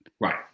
right